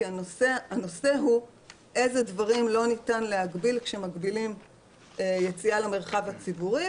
כי הנושא הוא איזה דברים לא ניתן להגביל כשמגבילים יציאה למרחב הציבורי,